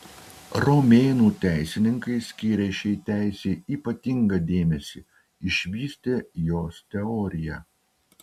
romėnų teisininkai skyrė šiai teisei ypatingą dėmesį išvystė jos teoriją